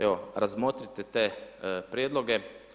Evo, razmotrite te prijedloge.